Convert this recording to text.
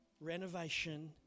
Renovation